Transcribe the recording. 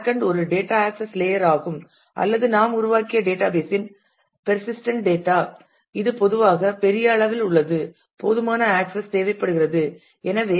back end ஒரு data access layer ஆகும் அல்லது நாம் உருவாக்கிய டேட்டாபேஸ் இன் பேர்சிஸ்டன்ட் டேட்டா இது பொதுவாக பெரிய அளவில் உள்ளது போதுமான ஆக்சஸ் தேவைப்படுகிறது எனவே